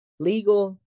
Legal